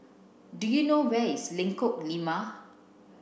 do you know where is Lengkong Lima